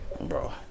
bro